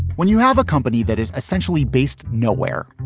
when you have a company that is essentially based nowhere,